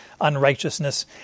unrighteousness